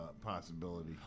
possibility